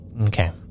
Okay